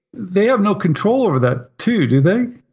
they have no control over that too, do they?